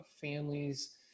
families